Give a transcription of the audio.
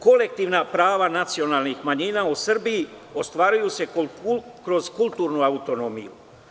Kolektivna prava nacionalnih manjina u Srbiji ostvaruju se kroz kulturnu autonomiju.